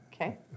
Okay